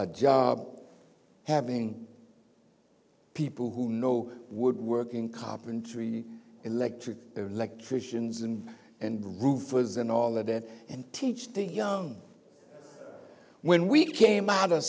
a job having people who know woodworking carpentry electric electricians and and roofers and all that and teach the young when we came out of